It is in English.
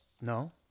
No